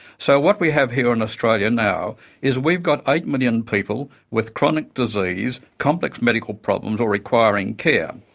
so what we have here in australia now is we've got eight million people with chronic disease, complex medical problems or requiring care.